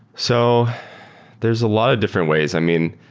so there's a lot of different ways. i mean,